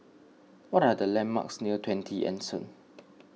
what are the landmarks near twenty Anson